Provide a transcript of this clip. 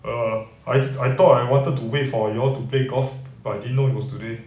uh I I thought I wanted to wait for you all to play golf but didn't know it was today